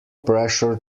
pressure